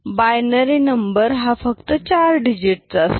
binary number हा फक्त 4 digit चा असतो